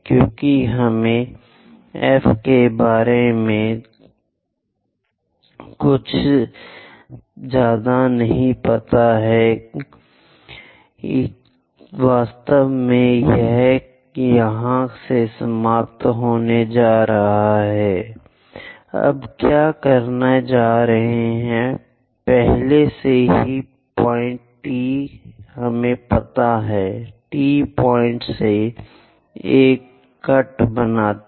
क्योंकि हमें F के बारे में कुछ भी पता नहीं है कि वास्तव में यह कहां से समाप्त होने जा रहा है हम क्या करने जा रहे हैं पहले से ही T पॉइंट हमें पता है T पॉइंट से एक कट बनाओ